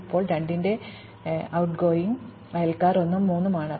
ഇപ്പോൾ ഈ കേസിൽ 2 ന്റെ going ട്ട്ഗോയിംഗ് അയൽക്കാർ 1 ഉം 3 ഉം ആണ്